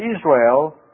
Israel